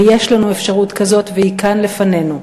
ויש לנו אפשרות כזאת והיא כאן לפנינו.